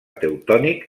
teutònic